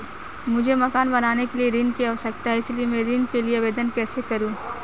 मुझे मकान बनाने के लिए ऋण की आवश्यकता है इसलिए मैं ऋण के लिए आवेदन कैसे करूं?